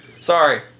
Sorry